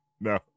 No